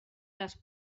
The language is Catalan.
les